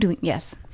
yes